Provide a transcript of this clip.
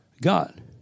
God